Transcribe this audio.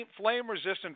flame-resistant